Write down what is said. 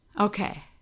Okay